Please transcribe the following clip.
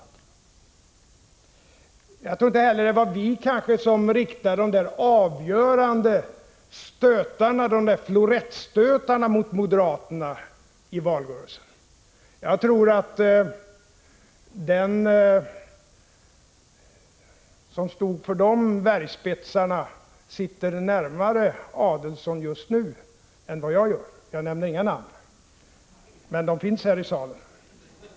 Jag tror kanske inte heller det var vi som riktade de där avgörande florettstötarna mot moderaterna i valrörelsen. Jag tror att den som stod för de värjspetsarna sitter närmare Adelsohn just nu än vad jag gör — jag nämner inga namn, men han finns här i kammaren.